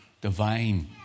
divine